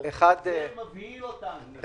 זה מבהיל אותנו.